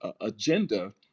agenda